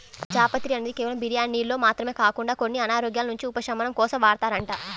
జాపత్రి అనేది కేవలం బిర్యానీల్లో మాత్రమే కాకుండా కొన్ని అనారోగ్యాల నుంచి ఉపశమనం కోసం వాడతారంట